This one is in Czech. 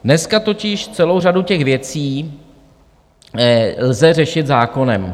Dneska totiž celou řadu těch věcí lze řešit zákonem.